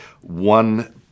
one